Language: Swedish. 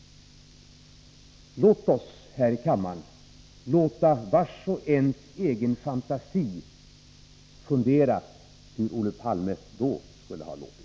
Jag överlåter åt var och en här i kammaren att själv fundera ut hur Olof Palme då skulle ha låtit.